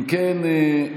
אם כן,